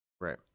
Right